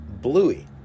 Bluey